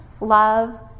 love